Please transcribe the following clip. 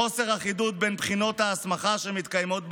חוסר אחידות בין בחינות ההסמכה שמתקיימות בהם,